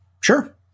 sure